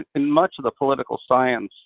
in much of the political science,